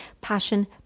passion